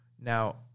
now